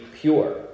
pure